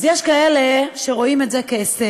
אז יש כאלה שרואים את זה כהישג,